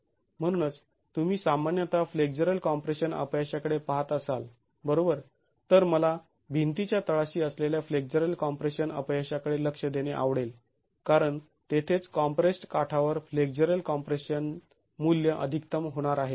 म्हणूनच तुम्ही सामान्यतः फ्लेक्झरल कॉम्प्रेशन अपयशाकडे पहात असाल बरोबर तर मला भितींच्या तळाशी असलेल्या फ्लेक्झरल कॉम्प्रेशन अपयशाकडे लक्ष देणे आवडेल कारण तेथेच कॉम्प्रेस्ड् काठावर फ्लेक्झरल कॉम्प्रेशन मूल्य अधिकतम होणार आहे